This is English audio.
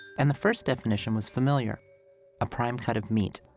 and the first definition was familiar a prime cut of meat.